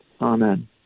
Amen